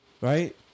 right